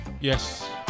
Yes